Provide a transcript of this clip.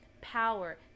power